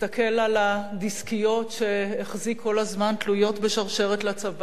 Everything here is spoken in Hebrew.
הדסקיות שהחזיק כל הזמן תלויות בשרשרת לצוואר,